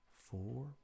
four